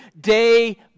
day